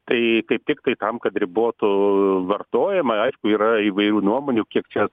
tai kaip tiktai tam kad ribotų vartojimą aišku yra įvairių nuomonių kiek čia